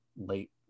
late